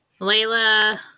Layla